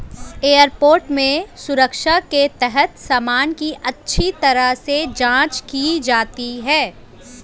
airport में सुरक्षा के तहत सामान की अच्छी तरह से जांच की जाती है